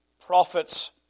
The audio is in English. prophets